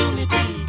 Unity